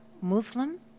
Muslim